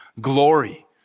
glory